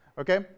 okay